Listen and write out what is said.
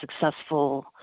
successful